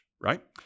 right